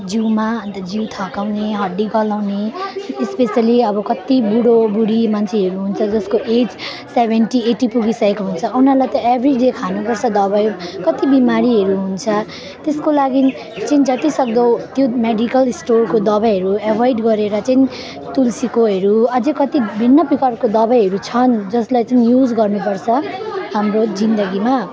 जिउमा अन्त जिउ थकाउने हड्डी गलाउने स्पेसली अब कत्ति बुढोबुढी मान्छेहरू हुन्छ जसको एज सेभेन्टी एटी पुगिसकेको हुन्छ उनीहरूलाई त एभ्रिडे खानुपर्छ दबाई कत्ति बिमारीहरू हुन्छ त्यसको लागि चाहिँ जतिसक्दो त्यो मेडिकल स्टोरको दबाईहरू एभोयड गरेर चाहिँ तुलसीकोहरू अझै कति भिन्न प्रकारको दबाईहरू छन् जसलाई चाहिँ युज गर्नुपर्छ हाम्रो जिन्दगीमा